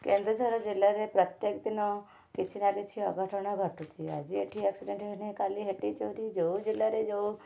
କେନ୍ଦୁଝର ଜିଲ୍ଲାରେ ପ୍ରତ୍ୟେକ ଦିନ କିଛି ନା କିଛି ଅଘଟଣ ଘଟିଥିବ ଆଜି ଏଇଠି ଆକ୍ସିଡ଼େଣ୍ଟ ହେଲେ କାଲି ହେଠି ଚୋରି ଯେଉଁ ଜିଲ୍ଲାରେ ଯେଉଁ